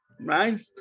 right